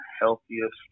healthiest